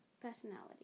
personality